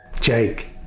Jake